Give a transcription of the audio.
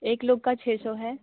एक लोग का छः सौ है